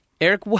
Eric